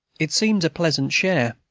it seemed a pleasant share,